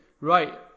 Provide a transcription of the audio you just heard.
right